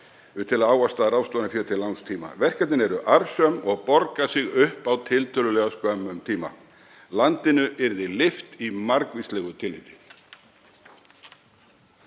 til að ávaxta ráðstöfunarfé til langs tíma. Verkefnin eru arðsöm og borga sig upp á tiltölulega skömmum tíma. Landinu yrði lyft í margvíslegu tilliti.